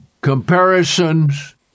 Comparisons